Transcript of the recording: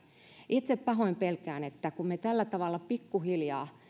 itse pahoin pelkään että kun me tällä tavalla pikkuhiljaa